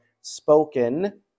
spoken